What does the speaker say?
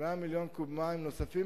100 מיליון קוב מים נוספים,